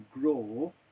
grow